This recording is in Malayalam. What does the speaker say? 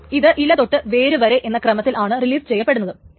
അപ്പോൾ ഇത് ഇലതൊട്ട് വേരു വരെ എന്ന ക്രമത്തിലാണ് റിലീസ് ചെയ്യപ്പെടുന്നത്